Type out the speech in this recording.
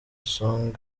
song